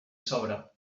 sobra